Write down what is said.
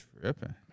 tripping